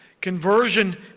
Conversion